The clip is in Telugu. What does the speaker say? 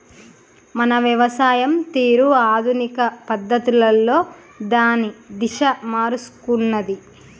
మన వ్యవసాయం తీరు ఆధునిక పద్ధతులలో దాని దిశ మారుసుకున్నాది